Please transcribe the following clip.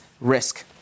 risk